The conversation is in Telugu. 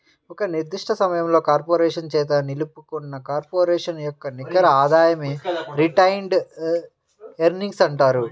ఒక నిర్దిష్ట సమయంలో కార్పొరేషన్ చేత నిలుపుకున్న కార్పొరేషన్ యొక్క నికర ఆదాయమే రిటైన్డ్ ఎర్నింగ్స్ అంటారు